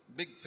big